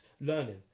learning